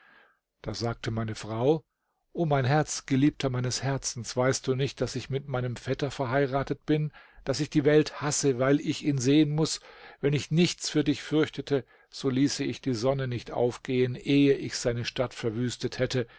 da sagte meine frau o mein herz geliebter meines herzens weißt du nicht daß ich mit meinem vetter verheiratet bin daß ich die welt hasse weil ich ihn sehen muß wenn ich nichts für dich fürchtete so ließe ich die sonne nicht aufgehen ehe ich seine stadt verwüstet hätte